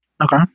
Okay